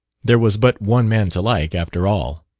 there was but one man to like, after all.